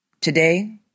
Today